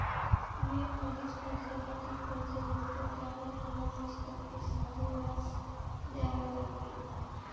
मी अडीच वर्षांसाठी कर्ज घेतले, त्यावर मला वीस टक्के साधे व्याज द्यावे लागले